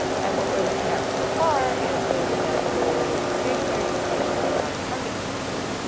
and what we're looking at so far is, we're looking at the stationary distribution under our target policy.